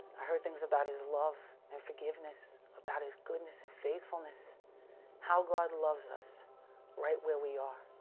i heard things, about his love and forgiveness, about his goodness and faithfulness how, god loves us right, where, we are?